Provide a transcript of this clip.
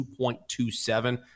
2.27